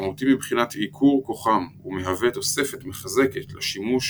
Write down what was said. משמעותי מבחינת עיקור כוחם ומהווה תוספת מחזקת לשימוש